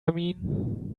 mean